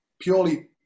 purely